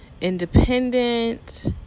independent